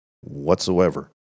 whatsoever